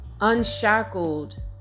unshackled